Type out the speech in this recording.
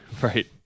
Right